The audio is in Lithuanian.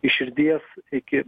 iš širdies iki